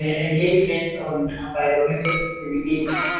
ah engagement on environmental sustainability.